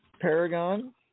Paragon